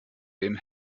dem